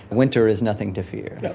winter is nothing to fear.